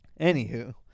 anywho